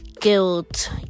guilt